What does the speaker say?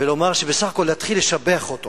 ובסך הכול להתחיל לשבח אותו